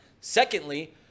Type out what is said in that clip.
Secondly